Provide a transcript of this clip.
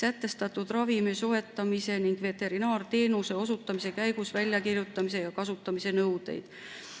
sätestatud ravimi soetamise ning veterinaarteenuse osutamise käigus väljakirjutamise ja kasutamise nõudeid.